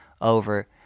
over